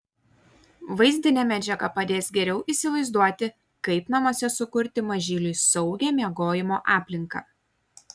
vaizdinė medžiaga padės geriau įsivaizduoti kaip namuose sukurti mažyliui saugią miegojimo aplinką